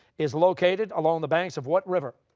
is located along the banks of what river?